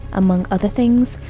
among other things,